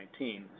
2019